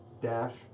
Dash